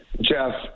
Jeff